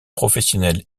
professionnels